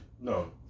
no